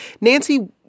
Nancy